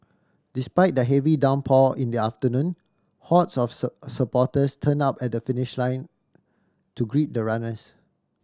despite the heavy downpour in the afternoon hordes of supporters turned up at the finish line to greet the runners